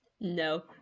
No